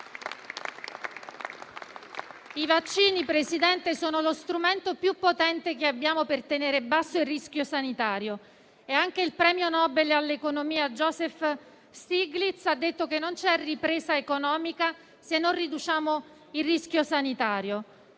I vaccini, Presidente, sono lo strumento più potente che abbiamo per tenere basso il rischio sanitario. Anche il premio Nobel per l'economia Joseph Stiglitz ha detto che non c'è ripresa economica, se non riduciamo il rischio sanitario.